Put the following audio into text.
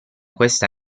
questa